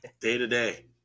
Day-to-day